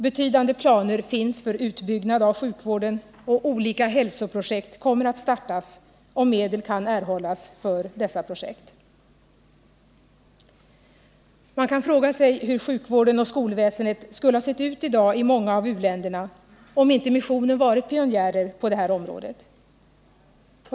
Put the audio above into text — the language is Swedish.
Betydande planer finns för utbyggnad av sjukvården, och olika hälsoprojekt kommer att startas om medel kan erhållas för dessa projekt. Man kan fråga sig hur sjukvården och skolväsendet skulle ha sett ut i dag i många av u-länderna om inte missionen varit pionjärer på det här området.